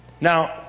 Now